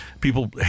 People